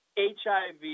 HIV